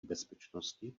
bezpečnosti